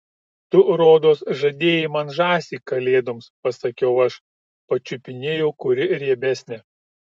tu rodos žadėjai man žąsį kalėdoms pasakiau aš pačiupinėjau kuri riebesnė